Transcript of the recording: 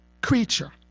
creature